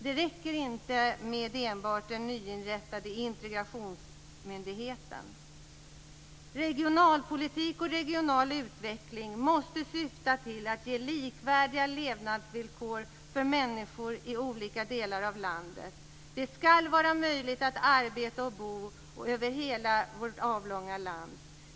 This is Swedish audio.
Det räcker inte med enbart den nyinrättade integrationsmyndigheten. Regionalpolitik och regional utveckling måste syfta till att ge likvärdiga levnadsvillkor för människor i olika delar av landet. Det skall vara möjligt att arbeta och bo i hela vårt avlånga land.